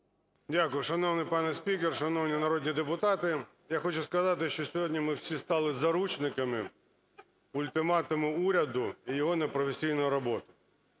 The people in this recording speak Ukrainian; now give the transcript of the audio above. Дякую. Шановний пане спікер, шановні народні депутати, я хочу сказати, що сьогодні ми всі стали заручниками ультиматуму уряду і його непрофесійної роботи.